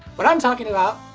what i'm talking about,